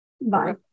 Bye